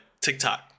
TikTok